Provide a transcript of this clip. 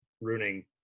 ruining